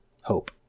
hope